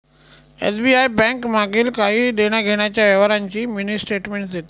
SBI bank मागील काही देण्याघेण्याच्या व्यवहारांची मिनी स्टेटमेंट देते